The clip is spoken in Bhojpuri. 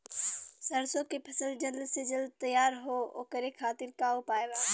सरसो के फसल जल्द से जल्द तैयार हो ओकरे खातीर का उपाय बा?